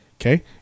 Okay